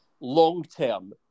long-term